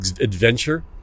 adventure